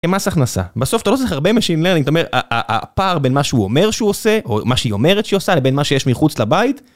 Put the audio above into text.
מס הכנסה? בסוף אתה לא צריך הרבה משין לרנינג, זאת אומרת, הפער בין מה שהוא אומר שהוא עושה, או מה שהיא אומרת שהיא עושה, לבין מה שיש מחוץ לבית.